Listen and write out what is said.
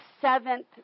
seventh